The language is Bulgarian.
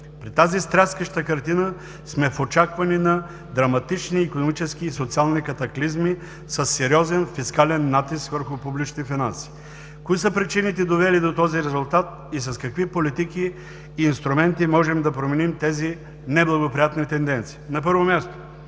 При тази стряскаща картина сме в очакване на драматични икономически и социални катаклизми със сериозен фискален натиск върху публични финанси. Кои са причините, довели до този резултат и с какви политики и инструменти можем да променим тези неблагоприятни тенденции? На първо място,